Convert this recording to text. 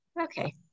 Okay